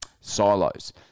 silos